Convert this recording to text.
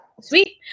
Sweet